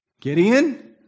Gideon